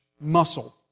muscle